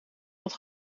dat